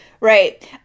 right